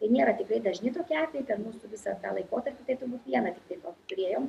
tai nėra tikrai dažni tokie atvejai ten mūsų visą tą laikotarpį tai turbūt viena tokį turėjom